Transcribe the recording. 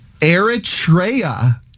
Eritrea